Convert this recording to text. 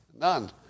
none